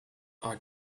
are